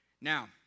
Now